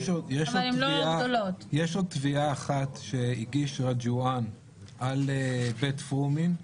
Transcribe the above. יש עוד תביעה אחת שהגיש רג'ואן על בית פרומין.